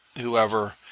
whoever